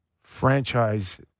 franchise